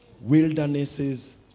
Wildernesses